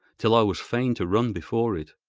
till i was fain to run before it.